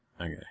okay